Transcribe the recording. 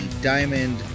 Diamond